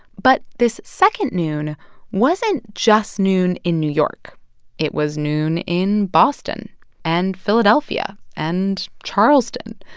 but this second noon wasn't just noon in new york it was noon in boston and philadelphia and charleston.